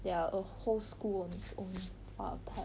they are a whole school on its own far apart